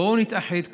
בואו נתאחד כולם,